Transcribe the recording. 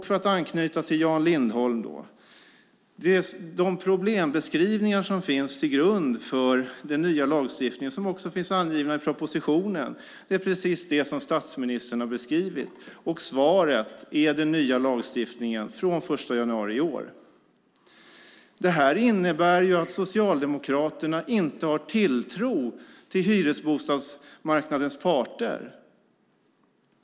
För att anknyta till Jan Lindholm: De problembeskrivningar som finns till grund för den nya lagstiftningen, och som också finns angivna i propositionen, är precis det som statsministern har beskrivit. Och svaret är den nya lagstiftningen från den 1 januari i år. Det här innebär att Socialdemokraterna inte har tilltro till hyresbostadsmarknadens parter.